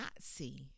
see